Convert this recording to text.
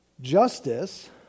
Justice